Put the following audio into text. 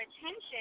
attention